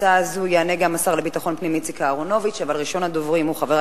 שמספריהן 5190, 5199, 5209, 5215